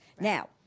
now